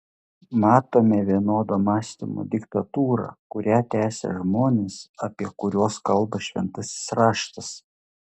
matome vienodo mąstymo diktatūrą kurią tęsia žmonės apie kuriuos kalba šventasis raštas